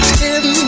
ten